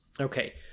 Okay